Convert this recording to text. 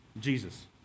Jesus